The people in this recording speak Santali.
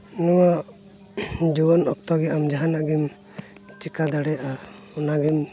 ᱱᱚᱣᱟ ᱡᱩᱣᱟᱹᱱ ᱚᱠᱛᱚ ᱜᱮ ᱟᱢ ᱡᱟᱦᱟᱱᱟᱜ ᱜᱮᱢ ᱪᱤᱠᱟ ᱫᱟᱲᱮᱭᱟᱜᱼᱟ ᱚᱱᱟ ᱜᱮᱢ